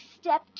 step